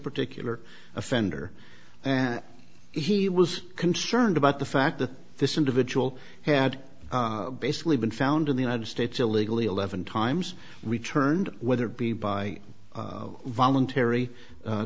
particular offender and he was concerned about the fact that this individual had basically been found in the united states illegally eleven times returned weatherby by voluntary